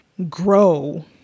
grow